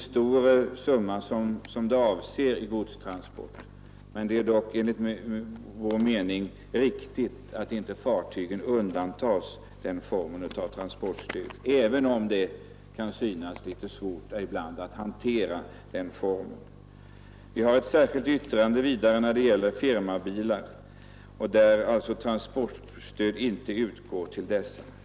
Det gäller här inga större belopp, men enligt vår mening är det riktigt att inte undanta fartygen från denna form av transportstöd, även om det ibland kan synas litet svårt att hantera den formen av stöd. Vidare har vi avgivit ett särskilt yttrande rörande transporter med s.k. firmabilar. För dylika transporter utgår nu inget transportstöd.